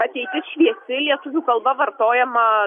ateitis šviesi lietuvių kalba vartojama